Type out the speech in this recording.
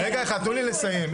תנו לי לסיים,